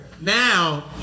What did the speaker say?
Now